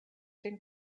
den